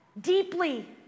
deeply